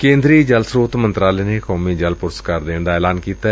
ਕੇਂਦਰੀ ਜਲ ਸਰੋਤ ਮੰਤਰਾਲੇ ਨੇ ਕੌਮੀ ਜਲ ਪੁਰਸਕਾਰ ਦੇਣ ਦਾ ਐਲਾਨ ਕੀਤੈ